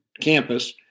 campus